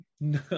no